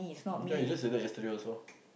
ya you just said that yesterday also